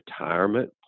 retirement